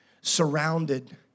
surrounded